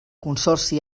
consorci